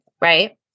right